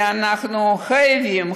ואנחנו חייבים,